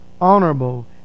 honorable